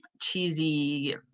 cheesy